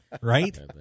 right